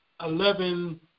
eleven